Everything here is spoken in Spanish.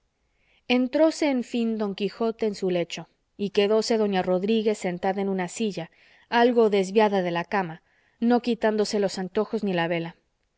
tenía entróse en fin don quijote en su lecho y quedóse doña rodríguez sentada en una silla algo desviada de la cama no quitándose los antojos ni la vela